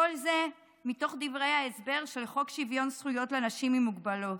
כל זה מתוך דברי ההסבר של חוק שוויון זכויות לאנשים עם מוגבלות,